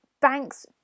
banks